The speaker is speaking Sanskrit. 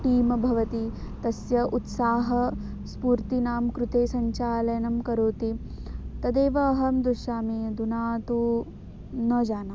टीम् भवति तस्य उत्साहस्फूर्तेः कृते सञ्चालनं करोति तदेव अहं दृश्यामि अधुना तु न जानामि